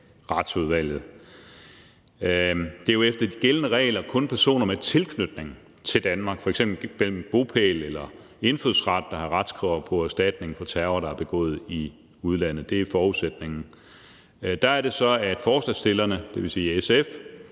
Det er jo efter de gældende regler kun personer med tilknytning til Danmark, f.eks. gennem bopæl eller indfødsret, der har retskrav på erstatning for terror, der er begået i udlandet; det er forudsætningen. Der er det så, at forslagsstillerne, dvs. SF,